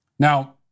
Now